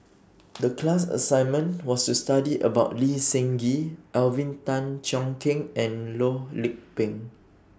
The class assignment was to study about Lee Seng Gee Alvin Tan Cheong Kheng and Loh Lik Peng